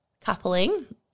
coupling